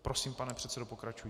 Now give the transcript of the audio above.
Prosím, pane předsedo, pokračujte.